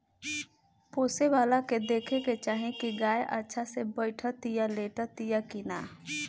पोसेवला के देखे के चाही की गाय अच्छा से बैठतिया, लेटतिया कि ना